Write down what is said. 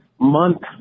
month